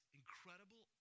incredible